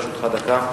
לרשותך דקה.